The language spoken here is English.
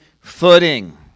footing